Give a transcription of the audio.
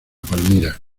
palmira